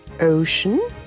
ocean